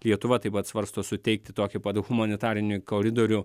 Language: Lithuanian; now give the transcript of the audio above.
lietuva taip pat svarsto suteikti tokį pat humanitarinį koridorių